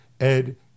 Ed